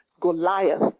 Goliath